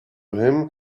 him